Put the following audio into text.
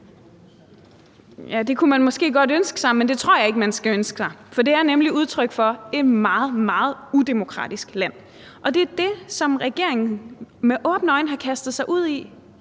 det kunne man måske godt ønske sig, men det tror jeg ikke man skal ønske sig, for det er nemlig et udtryk for et meget, meget udemokratisk land, og det er det, regeringen med åbne øjne har kastet sig ud i,